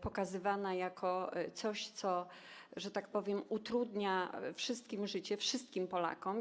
pokazywana jako coś, co, że tak powiem, utrudnia wszystkim życie, wszystkim Polakom.